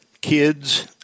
kids